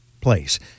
place